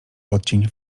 odcień